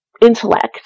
Intellect